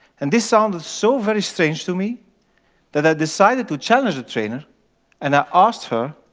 and this sounded so very strange to me that i decided to challenge the trainer and i asked her,